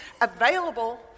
available